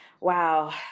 Wow